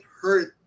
hurt